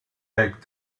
back